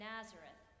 Nazareth